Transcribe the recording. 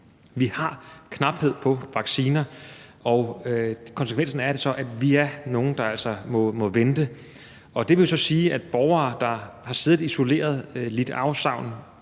Vi har knaphed i forhold til vacciner, og konsekvensen er så, at vi er nogle, der altså må vente. Det vil jo så sige, at borgere, der har siddet isoleret, lidt afsavn